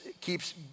keeps